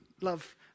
love